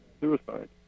suicide